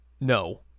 No